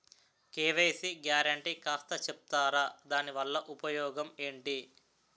KYC guarantee కాస్త చెప్తారాదాని వల్ల ఉపయోగం ఎంటి?